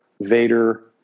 Vader